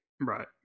Right